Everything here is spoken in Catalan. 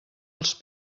els